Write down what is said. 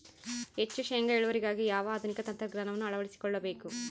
ಹೆಚ್ಚು ಶೇಂಗಾ ಇಳುವರಿಗಾಗಿ ಯಾವ ಆಧುನಿಕ ತಂತ್ರಜ್ಞಾನವನ್ನು ಅಳವಡಿಸಿಕೊಳ್ಳಬೇಕು?